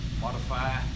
modify